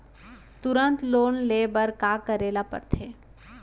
तुरंत लोन ले बर का करे ला पढ़थे?